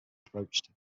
approached